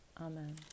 Amen